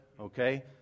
okay